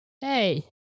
hey